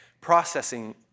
processing